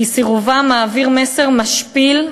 כי סירובם מעביר מסר משפיל,